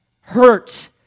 hurt